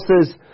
says